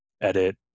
edit